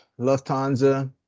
Lufthansa